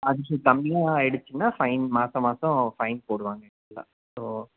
அதுக்கும் கம்மியாக ஆகிடுச்சுனா ஃபைன் மாதம் மாதம் ஃபைன் போடுவாங்க ஸோ